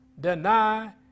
deny